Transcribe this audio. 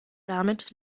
damit